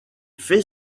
fait